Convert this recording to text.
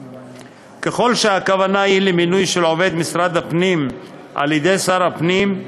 ככל שהכוונה היא למינוי של עובד משרד הפנים על-ידי שר הפנים,